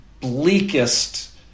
bleakest